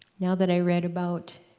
now that i read about